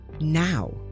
Now